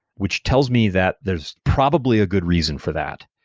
which tells me that there's probably a good reason for that.